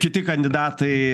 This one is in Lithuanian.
kiti kandidatai